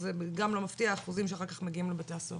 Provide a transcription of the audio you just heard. אז לא מפתיע האחוזים שאחר כך מגיעים לבתי הסוהר.